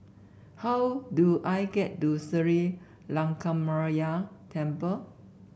how do I get to Sri Lankaramaya Temple